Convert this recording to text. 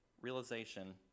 realization